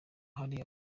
hari